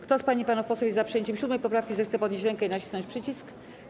Kto z pań i panów posłów jest za przyjęciem 7. poprawki, zechce podnieść rękę i nacisnąć przycisk.